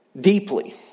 deeply